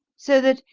so that,